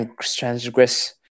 transgress